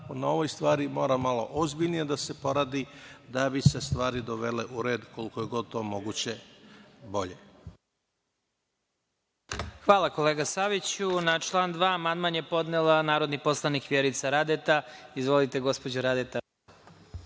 na ovoj stvari mora malo ozbiljnije da se poradi da bi se stvari dovele u red, koliko je to moguće bolje. **Vladimir Marinković** Hvala, kolega Saviću. Na član 2. amandman je podnela narodni poslanik Vjerica Radeta. Izvolite, gospođo Radeta.